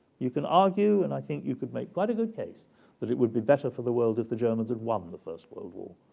you can argue, and i think you could make quite a good case that it would be better for the world if the germans had won the first world war.